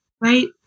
Right